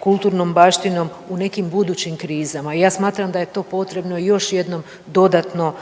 kulturnom baštinom u nekim budućim krizama. I ja smatram da je to potrebno još jednom dodatno